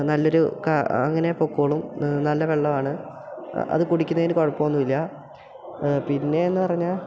നല്ലൊരു അങ്ങനെ പൊക്കോളും നല്ല വെള്ളം ആണ് അത് കുടിക്കുന്നതിന് കുഴപ്പം ഒന്നുമില്ല പിന്നേന്ന് പറഞ്ഞാൽ